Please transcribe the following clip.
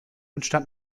entstand